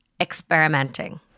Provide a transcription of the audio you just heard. experimenting